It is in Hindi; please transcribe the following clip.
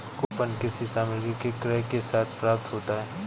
कूपन किसी सामग्री के क्रय के साथ प्राप्त होता है